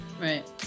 right